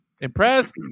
impressed